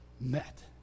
met